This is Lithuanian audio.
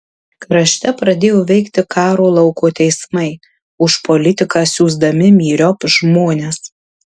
krašte pradėjo veikti karo lauko teismai už politiką siųsdami myriop žmones